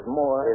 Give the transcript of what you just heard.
more